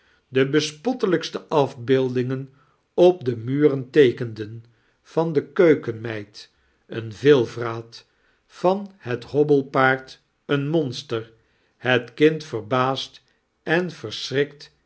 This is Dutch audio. de bespottelijkste afbeeldingen op de muren teekendm van de keukenmeid een veelvraati van het ho-bbelpaard een monster het hnd verbaasd en